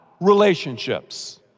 relationships